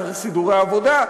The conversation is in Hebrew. צריך סידורי עבודה.